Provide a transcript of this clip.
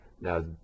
now